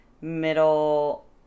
middle